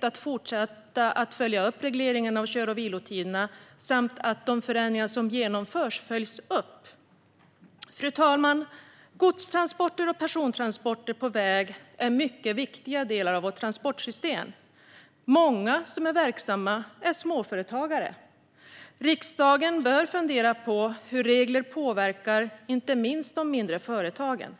att fortsätta följa upp regleringen av kör och vilotiderna samt att de förändringar som genomförs följs upp. Fru talman! Godstransporter och persontransporter på väg är mycket viktiga delar av vårt transportsystem. Många som är verksamma är småföretagare. Riksdagen bör fundera på hur regler påverkar inte minst de mindre företagen.